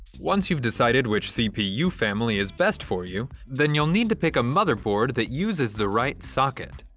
once you've decided which cpu family is best for you then you'll need to pick a motherboard that uses the right socket.